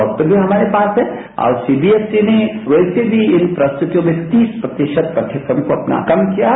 दक्त भी रमारे पास है और सीबीएसई ने बैसे मी इन प्रस्तुतियों में तीस प्रतिशत पाठवक्रम को अपना कम किया है